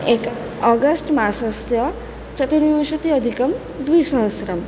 एकस् आगस्ट् मासस्य चतुर्विंशत्यधिकद्विसहस्रम्